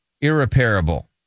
irreparable